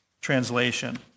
translation